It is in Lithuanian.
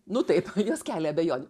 nu taip jos kelia abejonių